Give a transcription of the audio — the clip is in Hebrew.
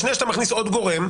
בשנייה שאתה מכניס עוד גורם,